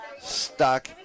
stuck